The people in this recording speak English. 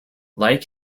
like